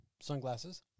sunglasses